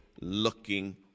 looking